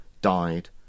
died